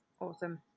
Awesome